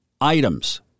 items